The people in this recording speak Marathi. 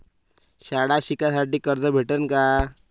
शाळा शिकासाठी कर्ज भेटन का?